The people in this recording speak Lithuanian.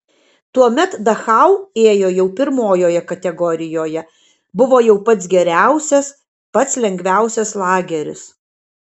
tuomet dachau ėjo jau pirmojoje kategorijoje buvo jau pats geriausias pats lengviausias lageris